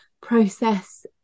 process